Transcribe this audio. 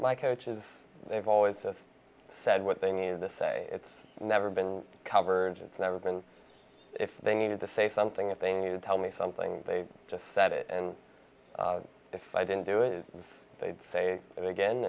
coaches they've always said what they need the say it's never been covered it's never been if they need to say something if they need to tell me something they just said it and if i didn't do it they'd say it again